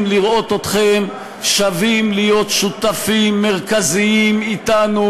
לראות אתכם שבים להיות שותפים מרכזיים אתנו,